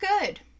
good